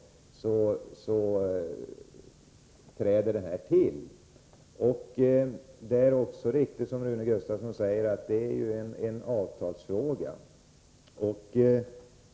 Det är också riktigt som Rune Gustavsson säger att det är en avtalsfråga.